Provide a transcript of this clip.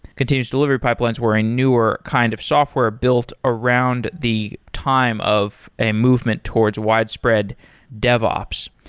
continuous delivery pipelines were a newer kind of software built around the time of a movement towards widespread devops.